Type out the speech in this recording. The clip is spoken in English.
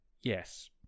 yes